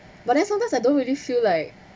but as long as I don't really feel like